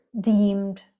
deemed